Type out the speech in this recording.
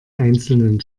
einzelnen